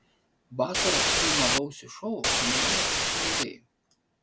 vasarą filmavausi šou meilė ar pinigai